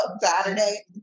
Saturday